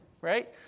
right